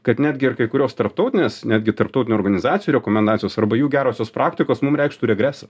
kad netgi ir kai kurios tarptautinės netgi tarptautinių organizacijų rekomendacijos arba jų gerosios praktikos mum reikštų regresą